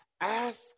ask